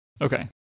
Okay